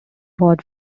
award